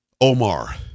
Omar